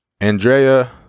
Andrea